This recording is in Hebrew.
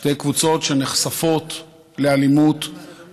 שתי קבוצות שנחשפות לאלימות,